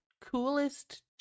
Coolest